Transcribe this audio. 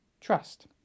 trust